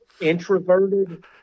introverted